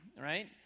Right